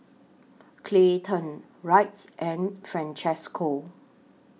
Clayton Wrights and Francesco